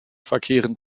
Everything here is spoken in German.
verkehren